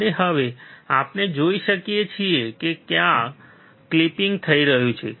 અને હવે આપણે જોઈ શકીએ છીએ કે ત્યાં ક્લિપિંગ થઈ રહ્યું છે